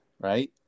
right